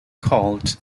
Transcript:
called